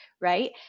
Right